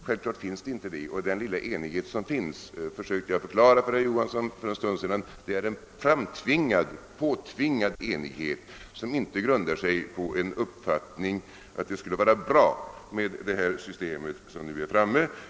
Naurligtvis finns det inte någon sådan, och den lilla enighet som föreligger — det försökte jag förklara för herr Johansson för en stund sedan är en påtvingad enighet, som inte grundar sig på den uppfattningen att det skulle vara bra med det system som nu är föreslaget.